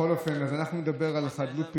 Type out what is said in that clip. בכל אופן, אנחנו נדבר על חדלות פירעון,